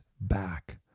back